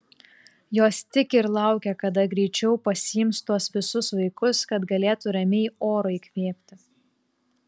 jos tik ir laukia kada greičiau pasiims tuos visus vaikus kad galėtų ramiai oro įkvėpti